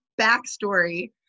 Backstory